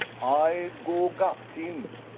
ay go gat him.